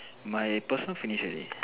my person finish already